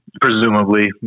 Presumably